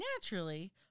naturally